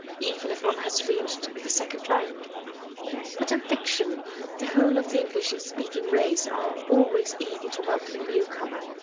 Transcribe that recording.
even if one has reached the second rank but in fic tion the whole of the english-speaking race are always eager to welcome a newcomer